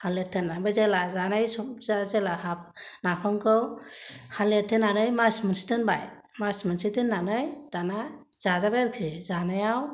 हा लिरथेना ओमफ्राय जेब्ला जानाय सम जेब्ला नाफामखौ हा लिरथेनानै मास मोनसे दोनबाय मास मोनसे दोननानै दाना जाजाबाय आरोखि जानायाव